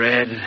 Red